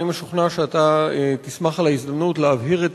אני משוכנע שאתה תשמח על ההזדמנות להבהיר את